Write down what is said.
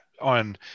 on